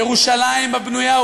ירושלים הבנויה,